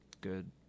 good